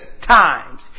times